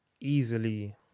Easily